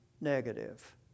negative